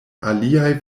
aliaj